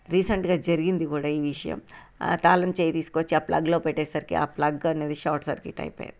రీసెంట్గా జరిగింది కూడా ఈ విషయం తాళం చేయి తీసుకొచ్చి ఆ ప్లగ్లో పెట్టేసరికి ఆ ప్లగ్ అనేది షార్ట్ సర్క్యూట్ అయిపోయింది